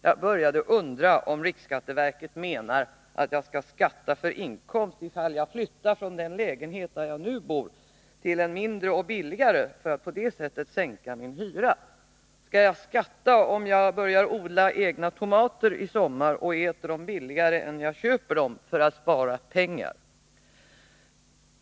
Jag började undra om riksskatteverket menar att jag skall skatta för inkomst ifall jag flyttar från den lägenhet där jag nu bor till en mindre och billigare, för att på det sättet sänka min hyra. Skall jag skatta om jag för att spara pengar börjar odla tomater i sommar och äter dem billigare än om jag köper dem?